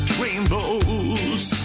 rainbows